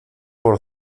por